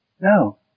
No